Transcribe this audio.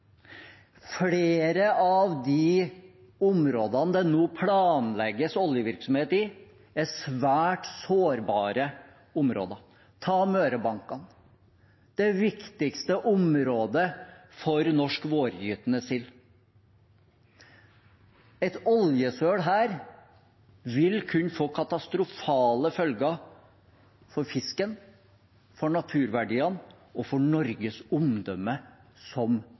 Flere av de områdene det nå planlegges oljevirksomhet i, er svært sårbare områder. Ta Mørebankene, det viktigste området for norsk vårgytende sild. Et oljesøl her vil kunne få katastrofale følger for fisken, for naturverdiene og for Norges omdømme som